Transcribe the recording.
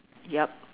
yup